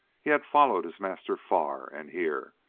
he had followed his master far and here,